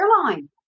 airline